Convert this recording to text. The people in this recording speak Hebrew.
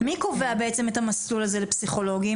מי קובע בעצם את המסלול הזה לפסיכולוגים?